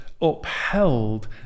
upheld